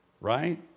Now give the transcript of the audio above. right